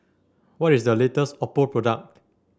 what is the latest Oppo product